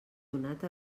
donat